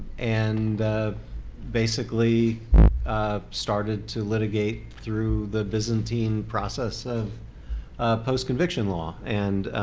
and basically ah started to litigate through the byzantine process of post-conviction law. and